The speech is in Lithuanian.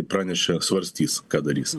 pranešė svarstys ką darys